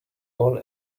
all